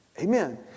Amen